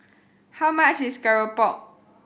how much is keropok